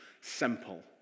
simple